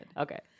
Okay